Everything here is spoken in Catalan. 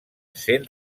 sent